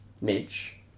Midge